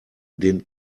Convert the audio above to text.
den